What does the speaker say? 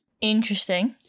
Interesting